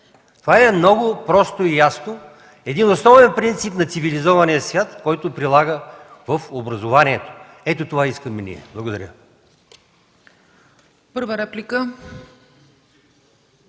Това е много просто и ясно – един основен принцип на цивилизования свят, който се прилага в образованието. Ето, това искаме ние. Благодаря Ви.